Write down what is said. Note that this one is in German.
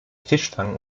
fischfang